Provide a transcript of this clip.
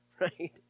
right